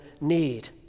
need